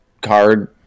card